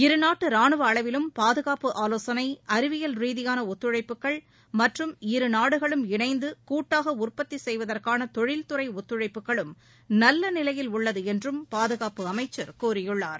இருநாட்டு ராணுவ அளவிலும் பாதுகாப்பு ஆலோசனை அறிவியல் ரீதியான ஒத்துழைப்புகள் மற்றும் இருநாடுகளும் இணைந்து கூட்டாக உற்பத்தி செய்வதற்கான தொழில்துறை ஒத்துழைப்புகளும் நல்ல நிலையில் உள்ளது என்றும் பாதுகாப்பு அமைச்சர் கூறியுள்ளார்